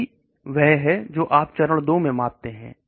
यही वह है जो आप चरण 2 में मापते हैं